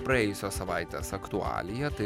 praėjusios savaitės aktualija tai